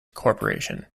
corporation